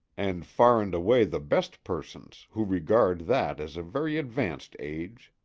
and far and away the best persons, who regard that as a very advanced age.